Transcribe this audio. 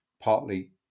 partly